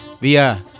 via